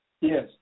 Yes